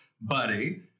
buddy